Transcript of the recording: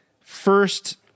first